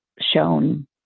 shown